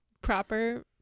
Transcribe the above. proper